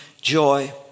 joy